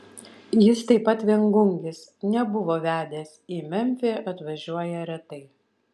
jis taip pat viengungis nebuvo vedęs į memfį atvažiuoja retai